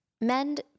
mend